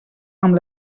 amb